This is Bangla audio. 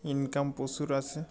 ইনকাম প্রচুর আছে